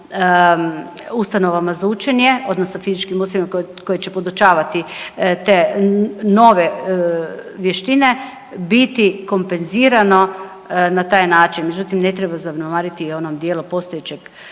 ustanovama za učenje odnosno fizičkim učenicima koji će podučavati te nove vještine biti kompenzirano na taj način. Međutim, ne treba zanemariti i u onom dijelu postojećeg